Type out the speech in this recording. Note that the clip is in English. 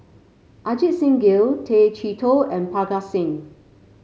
Ajit Singh Gill Tay Chee Toh and Parga Singh